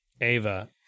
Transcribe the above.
Ava